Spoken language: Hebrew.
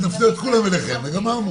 אז נפנה את כולם אליכם וגמרנו.